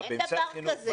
אין דבר כזה.